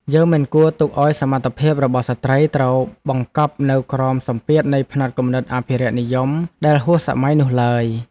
យើងមិនគួរទុកឱ្យសមត្ថភាពរបស់ស្ត្រីត្រូវបង្កប់នៅក្រោមសម្ពាធនៃផ្នត់គំនិតអភិរក្សនិយមដែលហួសសម័យនោះឡើយ។